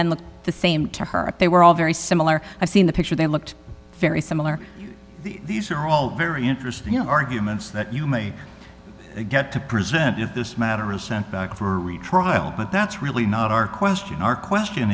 looked the same to her they were all very similar i've seen the picture they looked very similar these are all very interesting arguments that you may get to present if this matter is sent back for retrial but that's really not our question our question